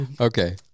Okay